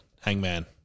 hangman